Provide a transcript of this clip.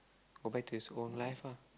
go back to his own life ah